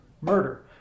murder